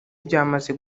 byamaze